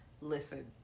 Listen